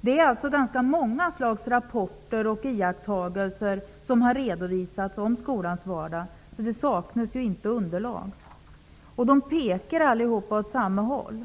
Det är alltså ganska många slags rapporter och iakttagelser som har redovisats om skolans vardag. Det saknas inte underlag. Rapporterna pekar alla åt samma håll.